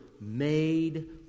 made